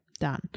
done